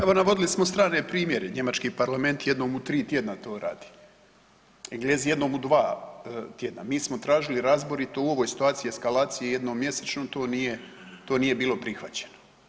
Evo, navodili smo strane primjere, Njemački parlament jednom u 3 tjedna to radi, Englezi jednom u 2 tjedna, mi smo tražili razborito u ovoj situaciji eskalacije jednom mjesečno to nije, to nije bilo prihvaćeno.